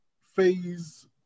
phase